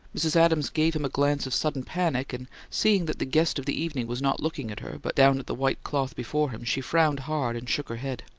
mrs adams gave him a glance of sudden panic, and, seeing that the guest of the evening was not looking at her, but down at the white cloth before him, she frowned hard, and shook her head.